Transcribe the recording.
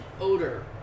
odor